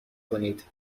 کنید